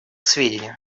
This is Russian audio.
сведению